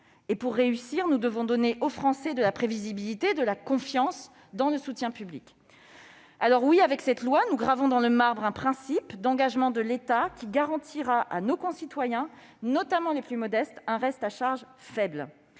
Pour réussir, nous devons donner aux Français de la prévisibilité et de la confiance dans le soutien public. Ils n'en ont pas avec vous ! Avec ce texte, nous gravons dans le marbre un principe d'engagement de l'État, qui garantira à nos concitoyens, notamment les plus modestes, un reste à charge faible.